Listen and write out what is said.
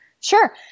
Sure